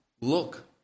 look